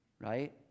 right